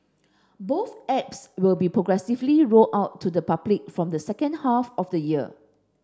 both apps will be progressively rolled out to the public from the second half of the year